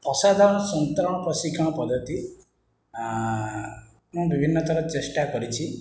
ଅସାଧାରଣ ସନ୍ତରଣ ପ୍ରଶିକ୍ଷଣ ପଦ୍ଧତି ମୁଁ ବିଭିନ୍ନ ଥର ଚେଷ୍ଟା କରିଛି